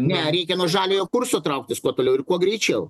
ne reikia nuo žaliojo kurso trauktis kuo toliau ir kuo greičiau